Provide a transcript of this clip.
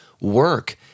work